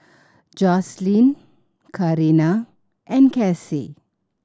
Jocelynn Karina and Casie